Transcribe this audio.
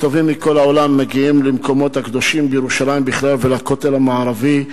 מגיעים למקומות הקדושים בירושלים בכלל ולכותל המערבי,